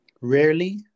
rarely